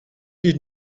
did